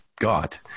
got